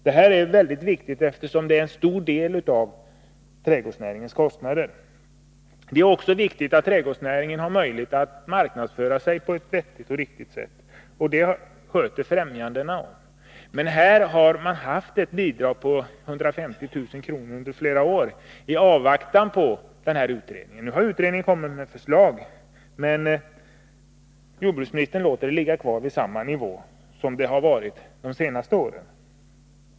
Detta är mycket viktigt, eftersom energikostnaderna utgör en stor del av trädgårdsnäringens kostnader. Det är också väsentligt att trädgårdsnäringen får möjlighet att marknadsföra sig på ett riktigt sätt. Det hör till fftämjandena. Här har man i flera år haft ett bidrag på 150 000 kr. i avvaktan på utredningen. Nu har utredningen kommit med ett förslag, men jordbruksministern låter bidraget ligga på samma nivå som under de senaste åren.